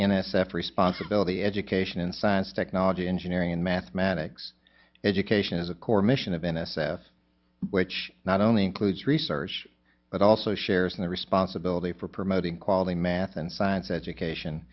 f responsibility education in science technology engineering and mathematics education as a core mission of n s f which not only includes research but also shares in the responsibility for promoting quality math and science education